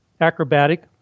acrobatic